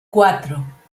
cuatro